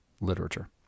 literature